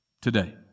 today